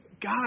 God